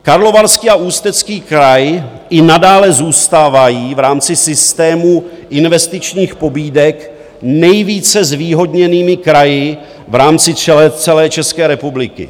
Karlovarský a Ústecký kraj i nadále zůstávají v rámci systému investičních pobídek nejvíce zvýhodněnými kraji v rámci celé České republiky.